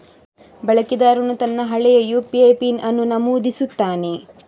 ಬಳಕೆದಾರನು ತನ್ನ ಹಳೆಯ ಯು.ಪಿ.ಐ ಪಿನ್ ಅನ್ನು ನಮೂದಿಸುತ್ತಾನೆ